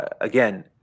Again